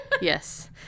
Yes